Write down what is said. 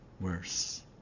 worse